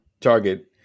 target